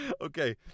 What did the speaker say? Okay